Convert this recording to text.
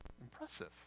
Impressive